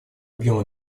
объем